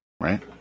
right